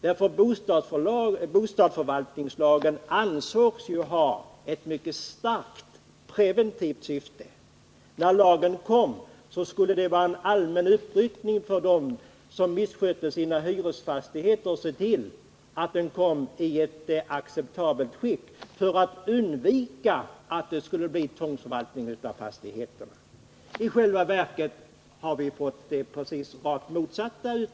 När bostadsförvaltningslagen infördes ansågs det att den skulle ha ett mycket starkt preventivt syfte. Den skulle medföra en allmän uppryckning av dem som misskötte sina hyresfastigheter och få dem att se till att fastigheten var i acceptabelt skick, för att undvika tvångsförvaltning. I själva verket har utvecklingen blivit den rakt motsatta.